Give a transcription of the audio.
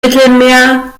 mittelmeer